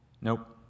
Nope